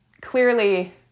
clearly